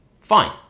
Fine